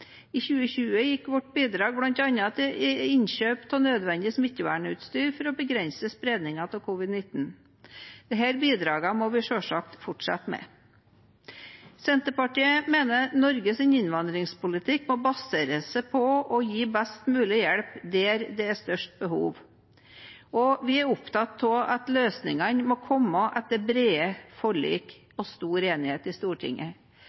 I 2020 gikk vårt bidrag bl.a. til innkjøp av nødvendig smittevernutstyr for å begrense spredningen av covid-19. Disse bidragene må vi selvsagt fortsette med. Senterpartiet mener Norges innvandringspolitikk må basere seg på å gi best mulig hjelp der det er størst behov, og vi er opptatt av at løsningene må komme etter brede forlik og stor enighet i Stortinget.